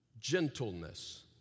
Gentleness